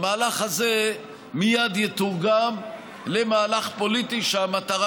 דקה אחרי המהלך הזה מייד יתורגם למהלך פוליטי שהמטרה